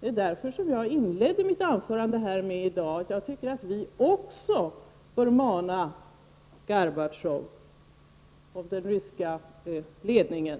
Det är därför som jag inledde mitt anförande i dag med att säga att också jag tycker att vi bör mana Gorbatjov och den ryska ledningen